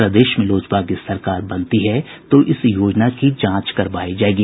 प्रदेश में लोजपा की सरकार बनती है तो इस योजना की जांच करवाई जायेगी